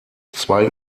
zwei